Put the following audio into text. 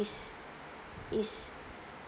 is